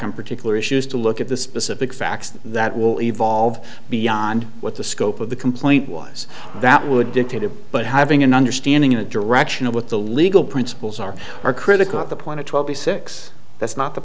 on particular issues to look at the specific facts that will evolve beyond what the scope of the complaint was that would dictate it but having an understanding of the direction of what the legal principles are are critical at the point to twenty six that's not the